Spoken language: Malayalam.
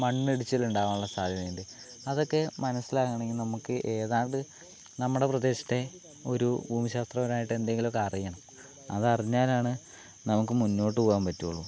മണ്ണിടിച്ചിൽ ഉണ്ടാകാനുള്ള സാധ്യതയുണ്ട് അതൊക്കെ മനസ്സിലാകണമെങ്കിൾ നമുക്ക് ഏതാണ്ട് നമ്മുടെ പ്രദേശത്തെ ഒരു ഭൂമിശാസ്ത്രപരമായിട്ട് എന്തെങ്കിലും ഒക്കെ അറിയണം അത് അറിഞ്ഞാലാണ് നമുക്ക് മുന്നോട്ടു പോകാൻ പറ്റുകയുള്ളൂ